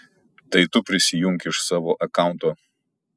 tai tu prisijunk iš savo akaunto